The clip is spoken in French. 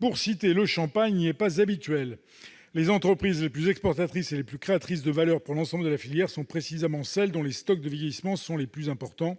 pour citer le champagne, n'y est pas habituelle. Les entreprises les plus exportatrices et les plus créatrices de valeur pour l'ensemble de la filière sont précisément celles dont les stocks de vieillissement sont les plus importants.